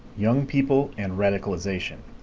young people and radicalization.